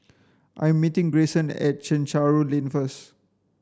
I'm meeting Grayson at Chencharu Lane first